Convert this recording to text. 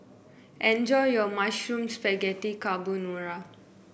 enjoy your Mushroom Spaghetti Carbonara